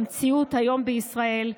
במציאות היום בישראל,